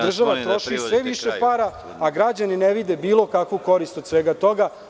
Država troši sve više para, a građani ne vide bilo kakvu korist od svega toga.